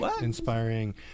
inspiring